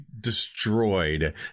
destroyed